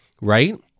right